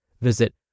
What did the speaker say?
Visit